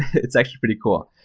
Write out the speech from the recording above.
it's actually pretty cool.